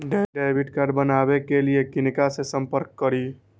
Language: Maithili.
डैबिट कार्ड बनावे के लिए किनका से संपर्क करी?